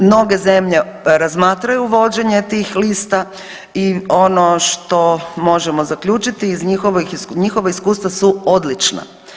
Mnoge zemlje razmatraju uvođenje tih lista i ono što možemo zaključiti iz njihovih, njihova iskustva su odlična.